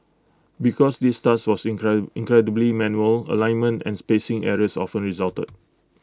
because this task was incline incredibly manual alignment and spacing errors often resulted